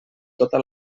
tota